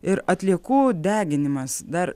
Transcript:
ir atliekų deginimas dar